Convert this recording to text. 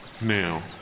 Now